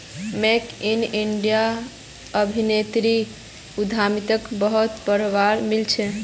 make in India अभियानोत उद्यमिताक बहुत बढ़ावा मिल छ